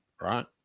right